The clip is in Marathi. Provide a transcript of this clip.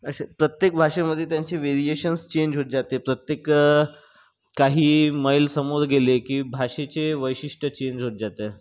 प्रत्येक भाषेमधे त्यांचे व्हेरिएशन्स चेंज होत जाते प्रत्येक काही मैल समोर गेले की भाषेचे वैशिष्ट चेंज होत जाते